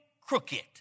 crooked